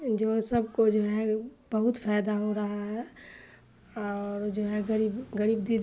جو ہے سب کو جو ہے بہت فائدہ ہو رہا ہے اور جو ہے غریب غریب دید